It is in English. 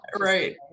right